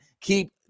keep